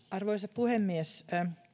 arvoisa puhemies